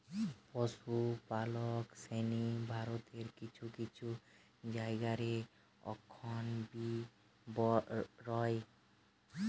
পশুপালক শ্রেণী ভারতের কিছু কিছু জায়গা রে অখন বি রয়